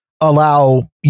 allow